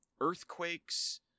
Earthquakes